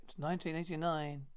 1989